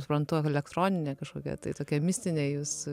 suprantu elektroninė kažkokia tai tokia mistinė jus